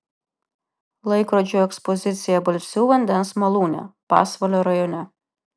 laikrodžių ekspozicija balsių vandens malūne pasvalio rajone